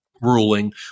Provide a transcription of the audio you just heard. ruling